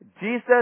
Jesus